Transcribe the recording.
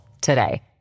today